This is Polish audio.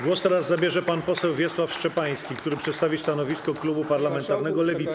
Głos teraz zabierze pan poseł Wiesław Szczepański, który przedstawi stanowisko klubu parlamentarnego Lewica.